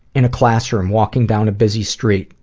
in a classroom, walking down a busy street,